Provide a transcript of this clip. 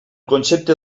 concepte